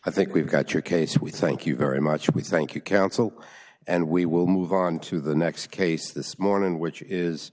i think we've got your case we thank you very much we thank you counsel and we will move on to the next case this morning which is